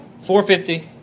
450